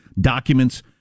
documents